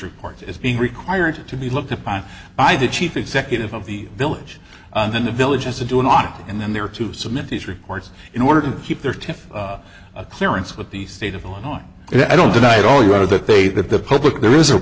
reports as being required to be looked upon by the chief executive of the village and then the village as a do not and then there to submit these records in order to keep their ten appearance with the state of illinois and i don't deny it all you are that they that the public there is a